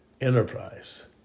enterprise